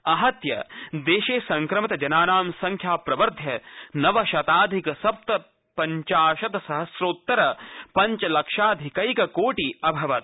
आहत्य देशे संक्रमितजनानां संख्या प्रवर्ध्य नव शताधिक स्प्तपञ्चाशत् सहम्रोत्तर पञ्च लक्षाधिकैक कोटि अभवत्